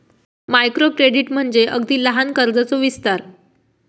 micro credit म्हणजे अगदी लहान कर्जाचो विस्तार